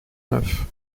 neuf